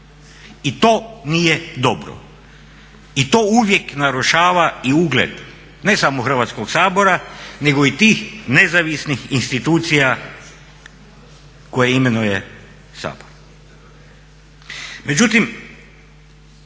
I to nije dobro. I to uvijek narušava i ugled ne samo Hrvatskog sabora nego i tih nezavisnih institucija koje imenuje Sabor.